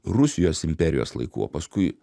rusijos imperijos laikų o paskui